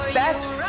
best